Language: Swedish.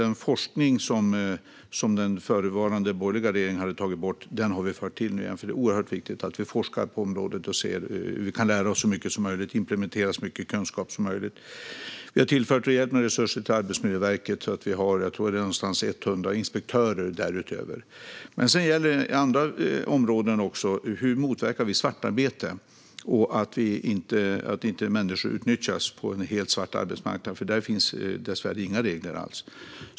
Den forskning som den förutvarande borgerliga regeringen hade tagit bort har vi tillfört igen, för det är oerhört viktigt att vi forskar på området för att lära oss så mycket som möjligt och implementera så mycket kunskap som möjligt. Vi har tillfört rejält med resurser till Arbetsmiljöverket så att vi har ungefär 100 inspektörer därutöver. Men det gäller även andra områden. Hur motverkar vi svartarbete så att inte människor utnyttjas på en helt svart arbetsmarknad? Där finns ju dessvärre inga regler alls.